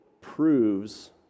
proves